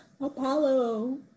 Apollo